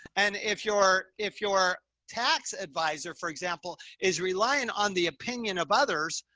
and if your, if your tax advisor, for example, is relying on the opinion of others,